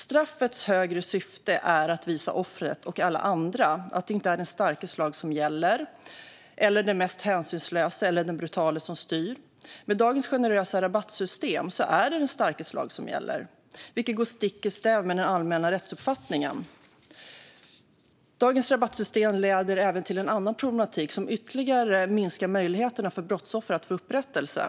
Straffets högre syfte är att visa offret och alla andra att det inte är den starkes lag som gäller eller den mest hänsynslöse eller brutale som styr. Med dagens generösa rabattsystem är det den starkes lag som gäller, vilket går stick i stäv med den allmänna rättsuppfattningen. Dagens rabattsystem leder även till en annan problematik som ytterligare minskar möjligheterna för brottsoffer att få upprättelse.